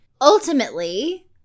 Ultimately